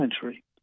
century